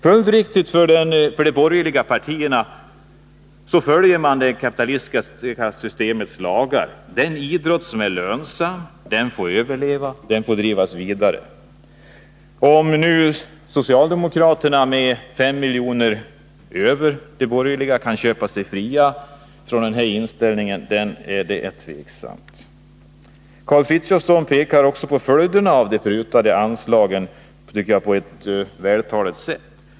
Följdriktigt följer man i de borgerliga partierna det kapitalistiska systemets lagar. Den idrott som är lönsam får överleva och drivas vidare. Om socialdemokraterna med 5 milj.kr. över de borgerliga kan köpa sig fria från den inställningen är tvivelaktigt. Karl Frithiofson pekar också på ett vältaligt sätt på följderna av prutade anslag.